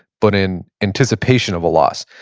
but in anticipation of a loss.